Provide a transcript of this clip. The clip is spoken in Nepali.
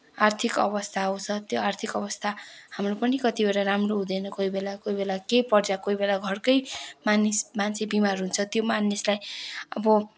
आर्थिक अवस्थाहरू छ त्यो आर्थिक अवस्था हाम्रो पनि कतिवटा राम्रो हुँदैन कोही बेला कोही बेला के पर्छ कोही बेला घरको मानिस मान्छे बिमार हुन्छ त्यो मानिसलाई अब